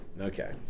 Okay